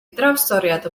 drawstoriad